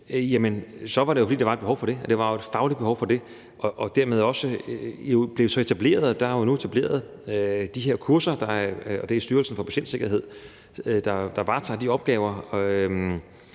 2019 – så var det jo, fordi der var et behov for det. Der var et fagligt behov for det, og dermed blev der også etableret de her kurser – det er Styrelsen for Patientsikkerhed, der varetager de opgaver.